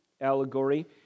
allegory